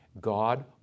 God